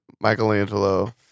Michelangelo